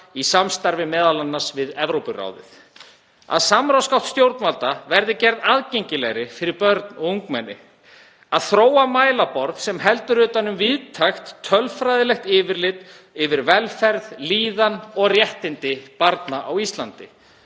í samstarfi m.a. við Evrópuráðið, að samráðsgátt stjórnvalda verði gerð aðgengilegri fyrir börn og ungmenni, að þróa mælaborð sem heldur utan um víðtækt tölfræðilegt yfirlit yfir velferð, líðan og réttindi barna á Íslandi,